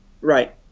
right